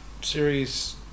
series